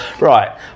Right